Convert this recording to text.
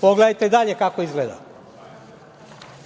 Pogledajte dalje kako izgleda.